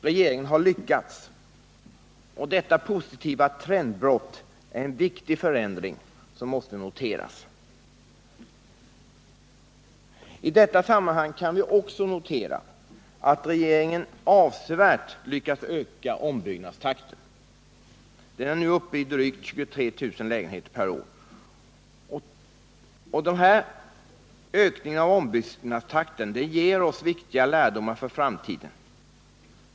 Regeringen har lyckats, och detta positiva trendbrott är en viktig förändring som måste noteras. ä I det här sammanhanget kan vi också slå fast att regeringen lyckats öka ombyggnadstakten avsevärt. Den är nu uppe i drygt 23 000 lägenheter per år. Ökningen av ombyggnadstakten ger oss viktiga lärdomar för framtiden.